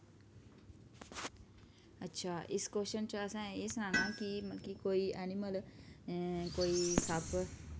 अच्छा इक कोश्चन च असें एह् सनाना कि मतलब कि कोई ऐनीमल कोई सप्प